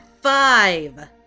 five